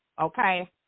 okay